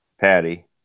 Patty